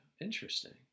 Interesting